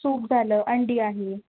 soup झालं अंडी आहे